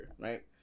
Right